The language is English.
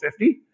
50